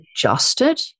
adjusted